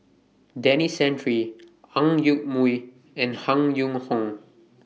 Denis Santry Ang Yoke Mooi and Han Yong Hong